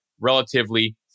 relatively